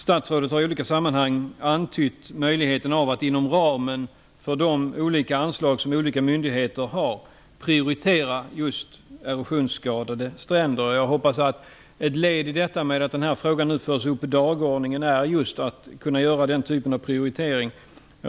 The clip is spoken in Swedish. Statsrådet har i olika sammanhang antytt möjligheten att inom ramen för de olika anslag som olika myndigheter har prioritera just erosionsskadade stränder. Jag hoppas att det faktum att frågan nu förs upp på dagordningen är ett led i att göra sådana prioriteringar.